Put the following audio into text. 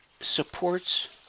supports